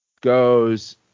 Goes